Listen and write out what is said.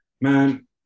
Man